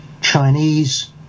Chinese